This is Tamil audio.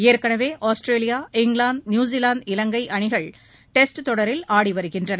ஏற்கனவே ஆஸ்திரேலியா இங்கிலாந்து நியுசிலாந்து இலங்கை அணிகள் டெஸ்ட் தொடரில் ஆடி வருகின்றன